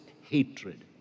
hatred